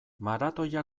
maratoia